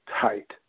tight